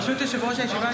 ברשות יושב-ראש הישיבה,